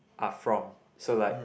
are from so like